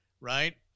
right